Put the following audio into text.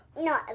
No